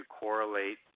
correlate